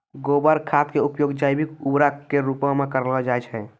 गोबर खाद के उपयोग जैविक उर्वरक के रुपो मे करलो जाय छै